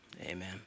amen